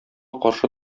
каршы